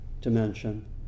dimension